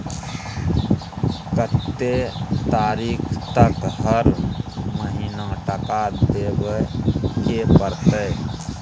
कत्ते तारीख तक हर महीना टका देबै के परतै?